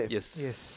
Yes